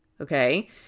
Okay